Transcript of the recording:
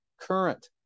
current